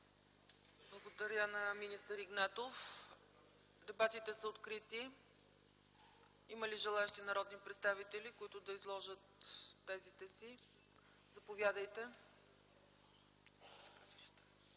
Благодаря на министър Игнатов. Дебатите са открити. Има ли желаещи народни представители, които да изложат тезите си? Заповядайте,